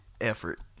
effort